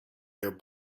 your